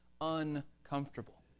uncomfortable